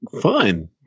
fun